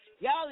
y'all